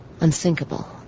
Unsinkable